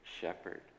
shepherd